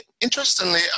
interestingly